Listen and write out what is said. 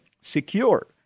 secure